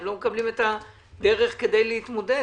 הם לא מקבלים את הדרך כדי להתמודד.